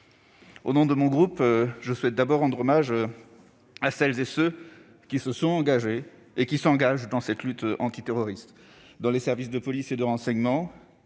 Au nom de mon groupe, je souhaite d'abord rendre hommage à celles et ceux qui se sont engagés et qui s'engagent dans cette lutte contre le terrorisme, dans les services de police et de renseignement,